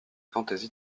fantaisies